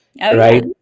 Right